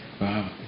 wow